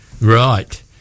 Right